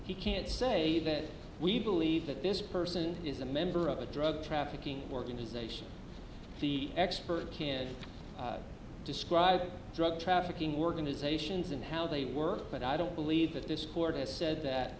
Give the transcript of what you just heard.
he can't say that we believe that this person is a member of a drug trafficking organization the expert can describe drug trafficking organizations and how they work but i don't believe that this court has said that